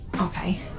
Okay